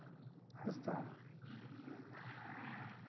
ᱦᱟᱸᱥᱫᱟ